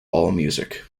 allmusic